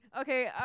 Okay